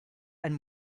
ein